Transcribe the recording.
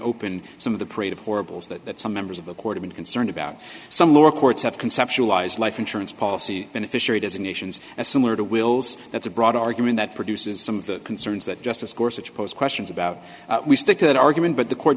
open some of the parade of horribles that some members of the court i'm concerned about some lower courts have conceptualized life insurance policy beneficiary designations as similar to wills that's a broad argument that produces some of the concerns that justice course which posed questions about we stick to that argument but the court